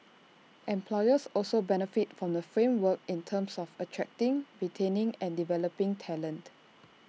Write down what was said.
employers also benefit from the framework in terms of attracting retaining and developing talent